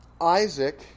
Isaac